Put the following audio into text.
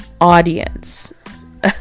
audience